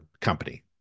company